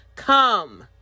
come